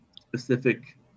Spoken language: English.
specific